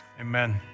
amen